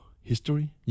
history